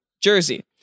Jersey